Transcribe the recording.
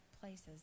places